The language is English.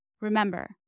Remember